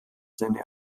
seine